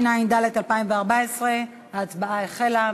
התשע"ד 2014. ההצבעה החלה.